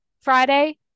Friday